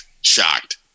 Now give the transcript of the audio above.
Shocked